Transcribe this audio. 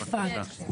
אני אשמח.